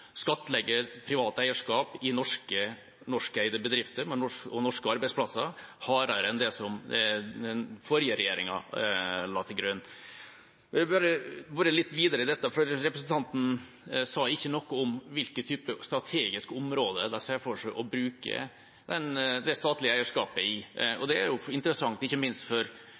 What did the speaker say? skattlegge privat eierskap i norskeide bedrifter – og norske arbeidsplasser – hardere enn det den forrige regjeringa la til grunn. Jeg vil bare bore litt videre i dette, for representanten sa ikke noe om på hvilke typer strategiske områder de ser for seg å bruke det statlige eierskapet. Det er interessant, ikke minst for